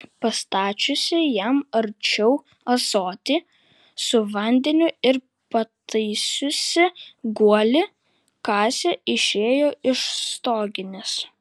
pastačiusi jam arčiau ąsotį su vandeniu ir pataisiusi guolį kasė išėjo iš stoginės